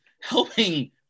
helping